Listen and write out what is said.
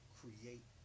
create